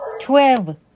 twelve